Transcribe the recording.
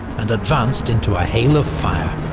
and advanced into a hail of fire.